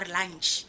Lunch